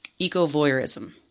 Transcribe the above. ecovoyeurism